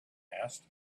asked